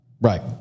Right